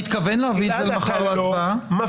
רק שאלה.